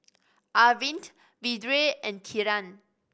Arvind Vedre and Kiran